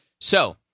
So-